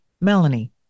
Melanie